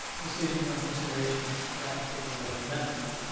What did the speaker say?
decision or consideration of that particular remedy,